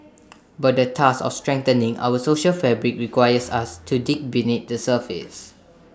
but the task of strengthening our social fabric requires us to dig beneath the surface